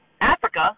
Africa